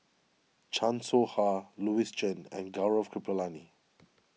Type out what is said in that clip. Chan Soh Ha Louis Chen and Gaurav Kripalani